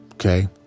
Okay